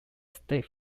state